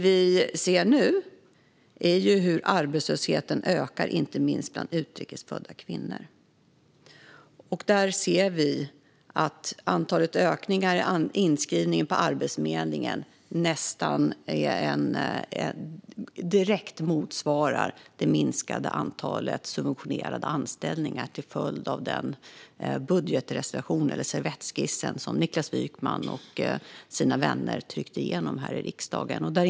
Nu ser vi hur arbetslösheten ökar, inte minst bland utrikes födda kvinnor. Där ser vi att ökningen av antalet inskrivna på Arbetsförmedlingen nästan direkt motsvarar minskningen av antalet subventionerade anställningar, vilken var en följd av den budgetreservation eller servettskiss som Niklas Wykman och hans vänner tryckte igenom här i riksdagen.